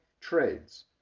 trades